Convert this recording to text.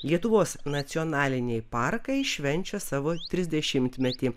lietuvos nacionaliniai parkai švenčia savo trisdešimtmetį